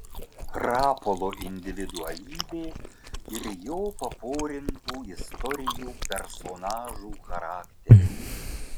rapolo individualybė ir jo paporintų istorijų personažų charakteriai